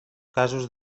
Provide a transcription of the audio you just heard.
casos